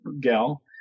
gal